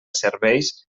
serveis